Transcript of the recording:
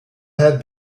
had